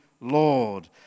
Lord